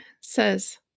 Says